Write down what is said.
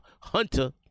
Hunter